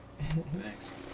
Thanks